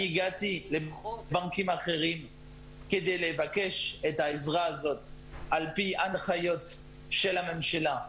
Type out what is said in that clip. אני הגעתי לבנקים אחרים כדי לבקש את העזרה הזאת על פי הנחיות של הממשלה,